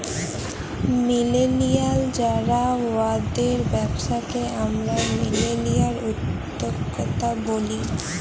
millennial যারা উয়াদের ব্যবসাকে আমরা মিলেলিয়াল উদ্যক্তা ব্যলি